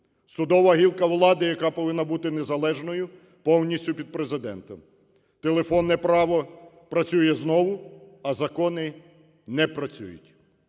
Судова гілка влади, яка повинна бути незалежною, повністю під Президентом, телефонне право працює знову, а закони не працюють.